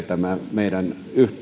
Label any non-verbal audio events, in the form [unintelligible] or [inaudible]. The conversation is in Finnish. [unintelligible] tämä meidän